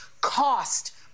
cost